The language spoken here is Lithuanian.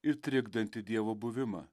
ir trikdantį dievo buvimą